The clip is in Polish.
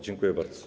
Dziękuję bardzo.